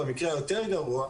במקרה היותר גרוע,